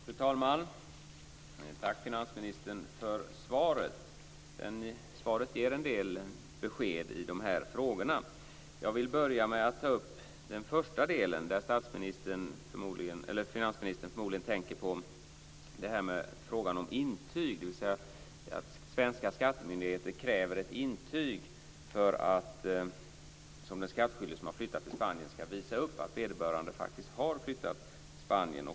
Fru talman! Tack, finansministern, för svaret. I svaret ges en del besked i de här frågorna. Jag vill börja med att ta upp den första delen, där finansministern förmodligen tänker på frågan om intyg, dvs. att svenska skattemyndigheter kräver ett intyg, som den skattskyldige som flyttat till Spanien ska visa upp, på att vederbörande faktiskt har flyttat till Spanien.